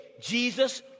Jesus